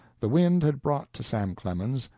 the wind had brought to sam clemens,